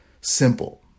simple